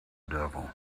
devil